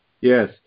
Yes